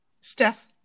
Steph